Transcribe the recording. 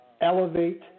Elevate